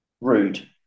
rude